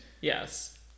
Yes